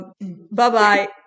Bye-bye